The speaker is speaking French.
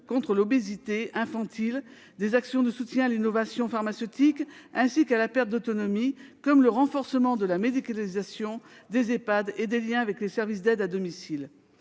contre l'obésité infantile, actions de soutien à l'innovation pharmaceutique ainsi qu'à la perte d'autonomie, ou encore renforcement de la médicalisation des Ehpad et des liens avec les services d'aide à domicile.